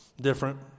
different